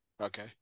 okay